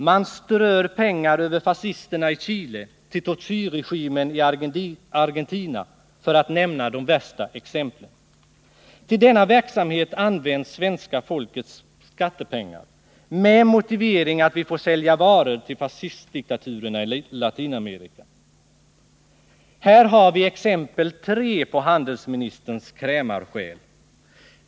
Man strör pengar över fascisterna i Chile och till tortyrregimen i Argentina, för att nämna de värsta exemplen. Till denna verksamhet används svenska folkets skattepengar med motiveringen att vi får sälja varor till fascistdiktaturerna i Latinamerika. Här har vi exempel tre på handelsministerns krämarsjäl.